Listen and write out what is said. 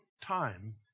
time